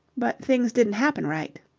but things didn't happen right.